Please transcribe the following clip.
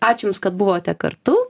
ačiū jums kad buvote kartu